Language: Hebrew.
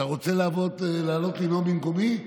אתה רוצה לעלות לנאום במקומי?